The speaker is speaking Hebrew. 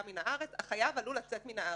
מן הארץ "החייב עלול לצאת מן הארץ",